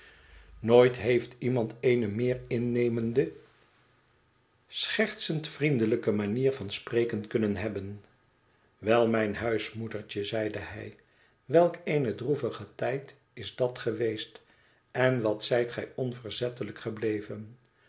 nooit heeft iemand eene meer innemende schertsend vriendelijke manier van spreken kunnen heftben wel mijn huismoedertje zeide hij welk een droevige tijd is dat geweest en wat zijt gij onverzettelijk gebleven